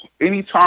anytime